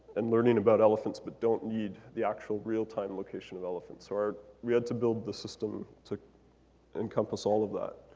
and learning about elephants but don't need the actual real time location of elephants. we had to build the system to encompass all of that.